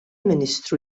ministru